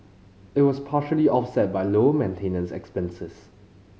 it was partially offset by lower maintenance expenses